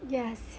yes